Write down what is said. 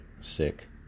sick